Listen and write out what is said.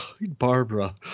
Barbara